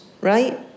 right